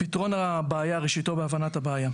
פתרון הבעיה, ראשיתו בהבנת הבעיה.